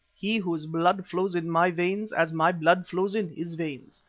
he whose blood flows in my veins, as my blood flows in his veins.